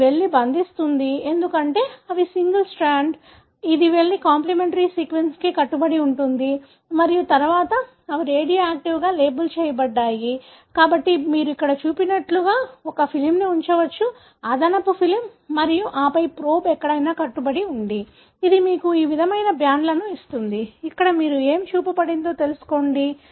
కాబట్టి ఇది వెళ్లి బంధిస్తుంది ఎందుకంటే ఇవి సింగిల్ స్ట్రాండ్డ్ ఇది వెళ్లి కాంప్లిమెంటరీ సీక్వెన్స్కి కట్టుబడి ఉంటుంది మరియు తరువాత అవి రేడియోయాక్టివ్గా లేబుల్ చేయబడ్డాయి కాబట్టి మీరు ఇక్కడ చూపినట్లుగా ఒక ఫిల్మ్ను ఉంచవచ్చు అదనపు ఫిల్మ్ మరియు ఆపై ప్రోబ్ ఎక్కడైనా కట్టుబడి ఉంది ఇది మీకు ఈ విధమైన బ్యాండ్లను ఇస్తుంది ఇక్కడ ఏమి చూపబడిందో తెలుసుకోండి